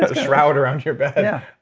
ah shroud around your bed yeah.